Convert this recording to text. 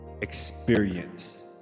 experience